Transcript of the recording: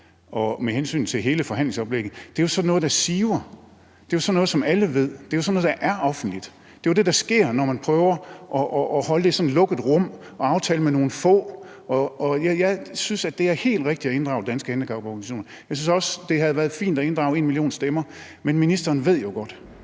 og med hensyn til hele forhandlingsoplægget vil jeg sige, at det jo er sådan noget, der siver. Det er jo sådan noget, som alle ved. Det er jo sådan noget, der er offentligt. Det er jo det, der sker, når man prøver at holde det i sådan et lukket rum og lave en aftale med nogle få. Jeg synes, at det er helt rigtigt at inddrage Danske Handicaporganisationer. Jeg synes også, at det havde været fint at inddrage #enmillionstemmer, men ministeren ved jo godt,